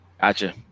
Gotcha